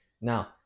Now